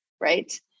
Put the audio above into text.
right